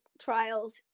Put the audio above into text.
trials